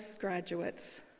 graduates